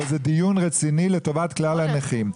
פה זה דיון רציני לטובת כלל הנכים.